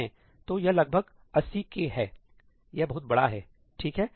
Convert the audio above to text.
तो यह लगभग 80 K है यह बहुत बड़ा है ठीक है